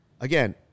Again